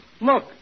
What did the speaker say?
Look